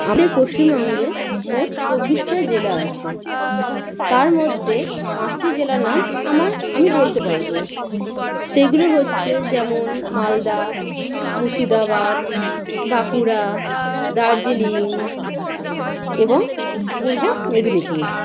আমাদের পশ্চিমবঙ্গে মোট চব্বিশটা জেলা আছে তার মধ্যে পাঁচটি জেলার নাম আমার আমি বলতে পারব সেইগুলো হচ্ছে যেমন মালদা মুর্শিদাবাদ বাঁকুড়া দার্জিলিং এবং পূর্ব মেদিনীপুর